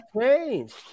changed